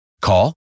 Call